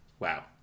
Wow